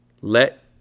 Let